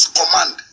command